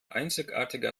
einzigartige